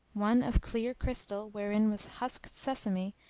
one of clear crystal wherein was husked sesame,